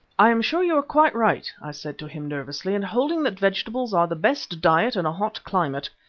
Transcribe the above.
i am sure you are quite right, i said to him, nervously, in holding that vegetables are the best diet in a hot climate.